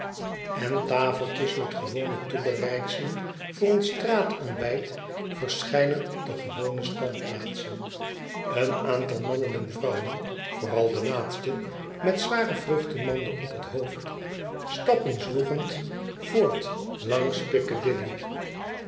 en tafeltjes met degewone toebereidselen voor een straatontbijt verschijnen op de gewone standplaatsen een aantal mannen en vrouwen vooral de laatste met zware vruchtenmanden op het hoofd stappen zwoegend voort langs